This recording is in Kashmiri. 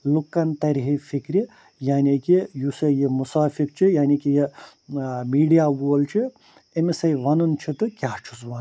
لُکَن تَرِہے فِکرِ یعنی کہِ یُس سا یہِ مُسافر چھُ یعنی کہ یہِ میٖڈیا وول چھُ أمِس ہَے ونُن چھُ تہٕ کیٛاہ چھُس وَنُن